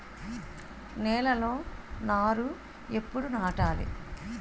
నేలలో నారు ఎప్పుడు నాటాలి?